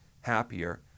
happier